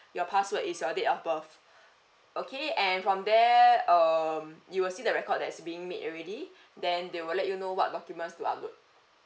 your password is your date of birth okay and from there um you will see that record that's being made already then they will let you know what documents to upload